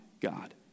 God